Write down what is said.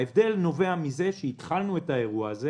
ההבדל נובע מזה שהתחלנו את האירוע הזה